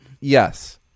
Yes